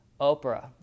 Oprah